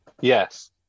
Yes